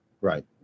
Right